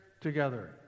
together